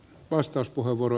vastauspuheenvuoro